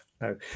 no